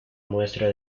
muestra